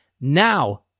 Now